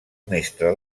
mestre